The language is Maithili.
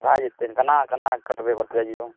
भए जेतै ने केना कऽ केना कऽ करबै बतैऔ